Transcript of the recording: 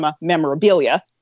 memorabilia